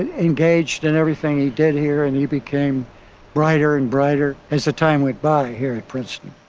and engaged in everything he did here and he became brighter and brighter as the time went by here at princeton.